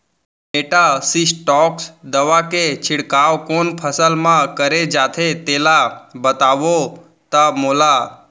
Metasystox दवा के छिड़काव कोन फसल म करे जाथे तेला बताओ त मोला?